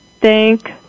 thank